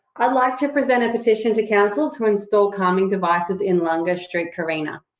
i'd like to present a petition to council to install calming devices in lungs street, carina.